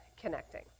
connecting